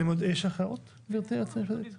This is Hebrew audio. על כל